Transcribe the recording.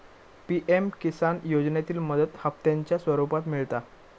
PM Kisan योजनेतली मदत हप्त्यांच्या स्वरुपात मिळता